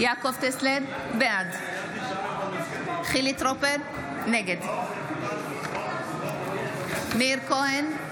טסלר, בעד חילי טרופר, נגד מאיר כהן,